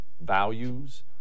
values